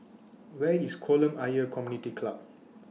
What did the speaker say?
Where IS Kolam Ayer Community Club